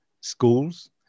schools